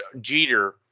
Jeter